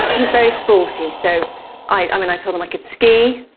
he's very sporty, so i i mean i told him i could ski.